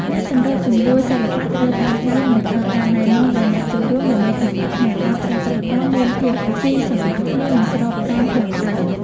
អ្នកសម្របសម្រួលសិល្បៈត្រូវតាមដាន និងផ្ដល់ការណែនាំដល់អ្នកចូលរួម ដើម្បីធានាថាការប្រើប្រាស់ពណ៌មានភាពស៊ីសង្វាក់គ្នា និងស្របតាមប្លង់ដើម។